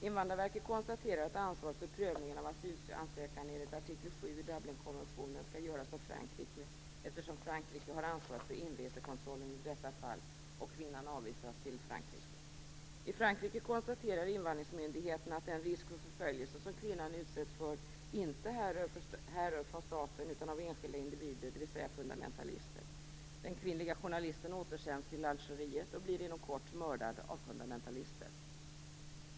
Invandrarverket konstaterar att prövningen av asylansökan enligt artikel 7 i Dublinkonventionen skall göras av Frankrike, eftersom Frankrike har ansvaret för inresekontrollen i detta fall, och kvinnan avvisas till Frankrike. I Frankrike konstaterar invandringsmyndigheterna att den risk för förföljelse som kvinnan utsätts för inte härrör från staten utan från enskilda individer, dvs. fundamentalister. Den kvinnliga journalisten återsänds till Algeriet och blir inom kort mördad av fundamentalister.